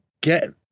get